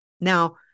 Now